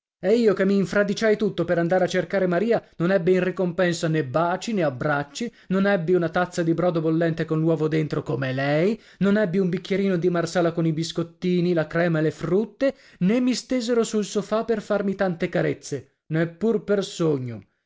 e io che mi infradiciai tutto per andare a cercare maria non ebbi in ricompensa né baci né abbracci non ebbi una tazza di brodo bollente con l'uovo dentro come lei non ebbi un bicchierino di marsala con i biscottini la crema e le frutte né mi stesero sul sofà per farmi tante carezze neppur per sogno